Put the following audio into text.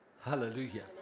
Hallelujah